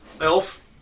elf